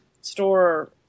store